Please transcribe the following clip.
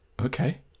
Okay